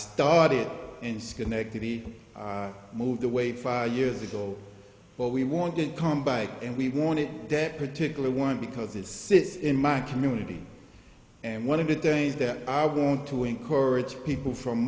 started in schenectady moved away five years ago but we want to come by and we wanted that particular one because it sits in my community and one of the days that i want to encourage people from